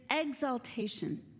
exaltation